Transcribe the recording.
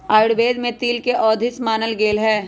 आयुर्वेद में तिल के औषधि मानल गैले है